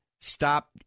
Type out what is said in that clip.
Stop